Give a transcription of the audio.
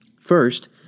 First